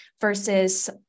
versus